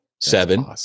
Seven